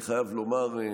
אני חייב לומר,